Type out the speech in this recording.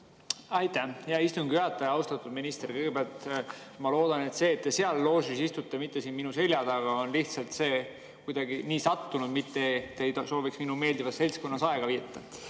Aitäh, hea istungi juhataja! Austatud minister! Kõigepealt: ma loodan, et see, et te seal loožis istute, mitte siin minu selja taga, on lihtsalt kuidagi nii sattunud, mitte et te ei sooviks minu meeldivas seltskonnas aega veeta.